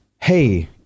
Hey